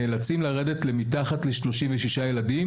אבל הם נאלצים לרדת מתחת ל-36 ילדים,